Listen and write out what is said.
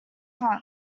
hot